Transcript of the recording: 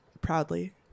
proudly